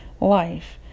life